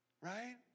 right